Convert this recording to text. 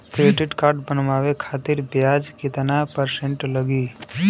Credit card बनवाने खातिर ब्याज कितना परसेंट लगी?